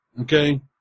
Okay